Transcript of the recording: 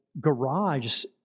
garage